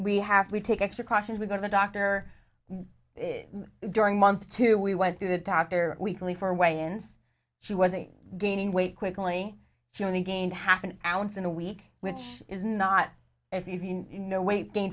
we have to take extra caution we go to the doctor during month two we went through the doctor weekly for weigh ins she wasn't gaining weight quickly she only gained half an ounce in a week which is not as you know weight gain